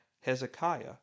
Hezekiah